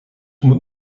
moet